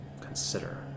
consider